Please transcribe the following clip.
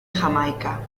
jamaica